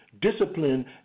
Discipline